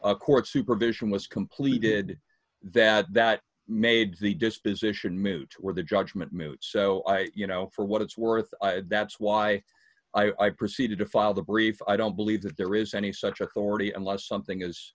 a court supervision was completed that that made the disposition move to where the judgment moved so i you know for what it's worth that's why i proceeded to file the brief i don't believe that there is any such authority unless something has